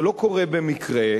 זה לא קורה במקרה,